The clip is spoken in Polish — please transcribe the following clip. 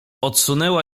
odsunęła